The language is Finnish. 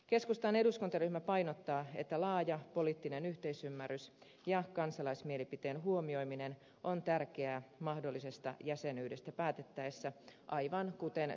keskustan eduskuntaryhmä painottaa että laaja poliittinen yhteisymmärrys ja kansalaismielipiteen huomioiminen on tärkeää mahdollisesta jäsenyydestä päätettäessä aivan kuten selonteossakin todetaan